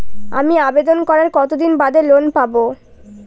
আমি আবেদন করার কতদিন বাদে লোন পাব?